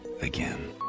again